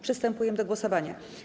Przystępujemy do głosowania.